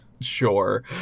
sure